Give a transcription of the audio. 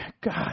God